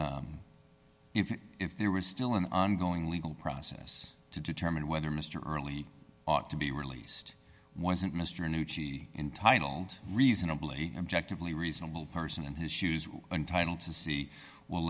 hypothetical if if there was still an ongoing legal process to determine whether mr early ought to be released wasn't mr nucci entitled reasonably objective lee reasonable person in his shoes and title to see well